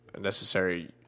necessary